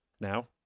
now